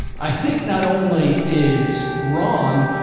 i think not only is wrong,